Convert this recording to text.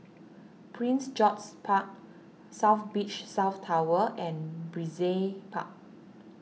Prince George's Park South Beach South Tower and Brizay Park